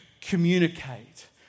communicate